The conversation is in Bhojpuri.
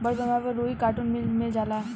बड़ पैमाना पर रुई कार्टुन मिल मे जाला